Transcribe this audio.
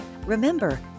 Remember